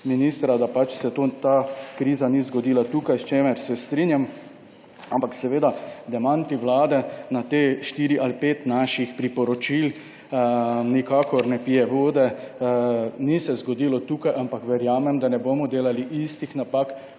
ministra, da se to, ta kriza ni zgodila tukaj, s čimer se strinjam. Ampak seveda demanti Vlade na te štiri ali pet naših priporočil nikakor ne pije vode. Ni se zgodilo tukaj, ampak verjamem, da ne bomo delali istih napak,